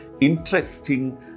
interesting